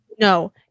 No